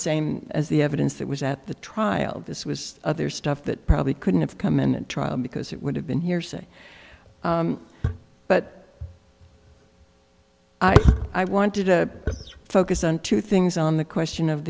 same as the evidence that was at the trial this was other stuff that probably couldn't have come in at trial because it would have been hearsay but i wanted to focus on two things on the question of